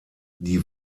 die